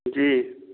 जी